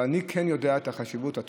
אבל אני כן יודע את החשיבות של עבודת הכנסת,